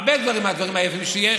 הרבה דברים מהדברים היפים שיש,